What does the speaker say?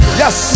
yes